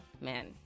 Man